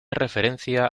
referencia